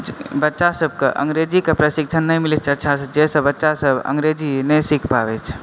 बच्चा सबके अंगरेजीके प्रशिक्षण नहि मिलै छै अच्छा सऽ जाहिसॅं बच्चा सब अंगरेजी नहि सीख पाबै छै